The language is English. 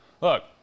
Look